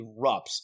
erupts